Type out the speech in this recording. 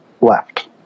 left